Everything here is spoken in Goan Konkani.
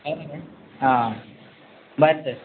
हय मरे आं बरें तर